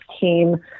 team